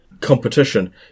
competition